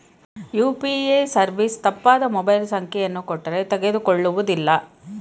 UPA service ತಪ್ಪಾದ mobile ಸಂಖ್ಯೆಯನ್ನು ಕೊಟ್ಟರೇ ತಕೊಳ್ಳುವುದಿಲ್ಲ